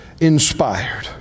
inspired